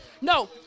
No